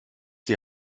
die